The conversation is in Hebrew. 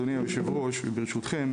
אדוני היושב ראש וברשותכם,